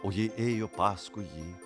o ji ėjo paskui jį